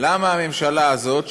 למה הממשלה הזאת,